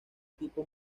tipo